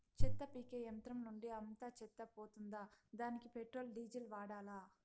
చెత్త పీకే యంత్రం నుండి అంతా చెత్త పోతుందా? దానికీ పెట్రోల్, డీజిల్ వాడాలా?